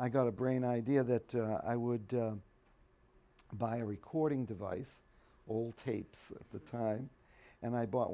i got a brain idea that i would buy a recording device all tapes at the time and i bought